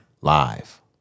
live